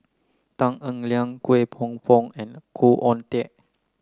Tan Eng Liang Kwek Hong Png and Khoo Oon Teik